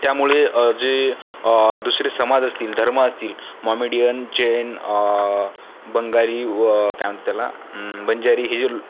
त्यामुळे जे दुसरे समाज असतील धर्म असतील मॉमेडियन जैन बंगाली व काय म्हणतात त्याला बंजारी हे जे